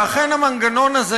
ואכן המנגנון הזה,